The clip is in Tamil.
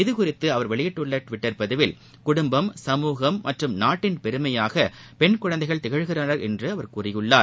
இதுகுறித்துஅவர் வெளியிட்டுள்ளடுவிட்டர் பதிவில் குடும்பம் சமூகம் மற்றம் நாட்டின் பெருமையாகபெண் குழந்தைகள் திகழ்கின்றனர் என்றகூறியுள்ளார்